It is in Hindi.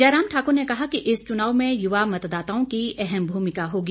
जयराम ठाक्र ने कहा कि इस चुनाव में युवा मतदाताओं की अहम भूमिका होगी